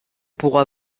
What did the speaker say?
pourra